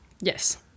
Yes